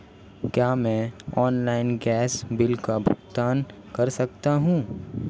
क्या मैं online gas bill का भुगतान कर सकता हूँ?